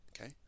Okay